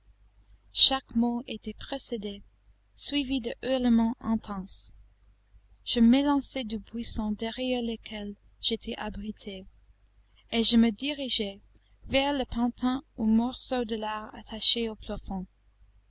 chaque mot était précédé suivi de hurlements intenses je m'élançai du buisson derrière lequel j'étais abrité et je me dirigeai vers le pantin ou morceau de lard attaché au plafond